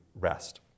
rest